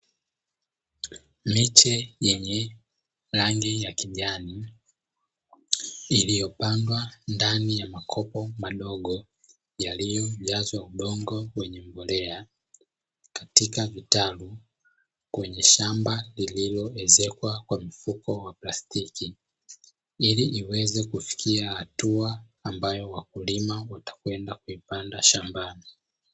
Miche yenye rangi ya kijani iliyopandwa ndani ya makopo madogo yaliyojazwa udongo wenye mbolea katika vitalu kwenye shamba lililoezekwa kwa mfuko wa plastiki, ili iweze kufikia hatua ambayo wakulima watakwenda kuipanda shambani.